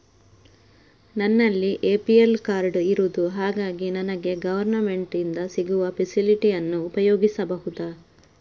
ನನ್ನಲ್ಲಿ APL card ಇರುದು ಹಾಗಾಗಿ ನನಗೆ ಗವರ್ನಮೆಂಟ್ ಇಂದ ಸಿಗುವ ಫೆಸಿಲಿಟಿ ಅನ್ನು ಉಪಯೋಗಿಸಬಹುದಾ?